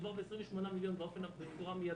מדובר ב-28 מיליון בצורה מיידית.